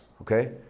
okay